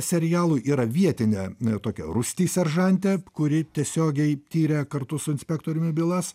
serialui yra vietinė tokia rūsti seržantė kuri tiesiogiai tiria kartu su inspektoriumi bylas